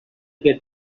get